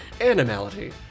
Animality